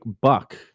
buck